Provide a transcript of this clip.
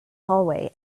hallway